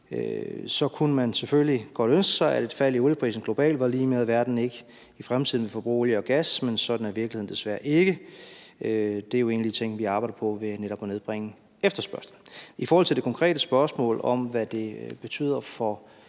Så kunne man selvfølgelig godt ønske sig, at et fald i olieprisen globalt var lig med, at verden ikke i fremtiden ville forbruge olie og gas, men sådan er virkeligheden desværre ikke. Det er jo en af de ting, vi arbejder på ved netop at nedbringe efterspørgslen. I forhold til det konkrete spørgsmål om, hvad det betyder for